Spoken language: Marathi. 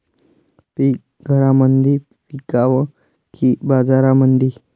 पीक घरामंदी विकावं की बाजारामंदी?